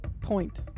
point